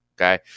Okay